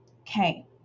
Okay